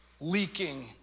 leaking